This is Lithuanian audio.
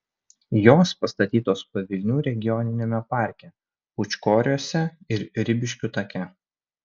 jos pastatytos pavilnių regioniniame parke pūčkoriuose ir ribiškių take